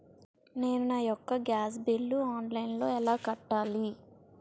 నేను నా యెక్క గ్యాస్ బిల్లు ఆన్లైన్లో ఎలా కట్టాలి?